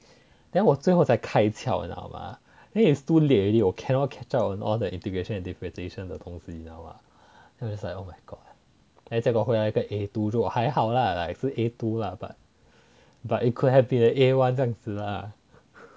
then 我最后才开窍的知道吧 then it is too late already 我 cannot catch up on all the integration 的东西你知道吗 then its like oh my god then 结果回来一个 a two 还好 lah like 是 a two lah but but it could have been a 这样子啊